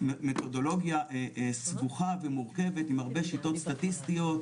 מתודולוגיה סבוכה ומורכבת עם הרבה שיטות סטטיסטיות,